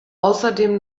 außerdem